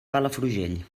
palafrugell